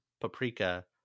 Paprika